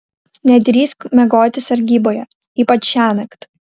nedrįsk miegoti sargyboje ypač šiąnakt